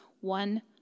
one